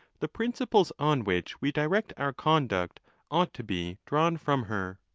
the principles on which we direct our conduct ought to be drawn from her.